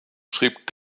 schrieb